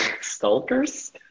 Stalkers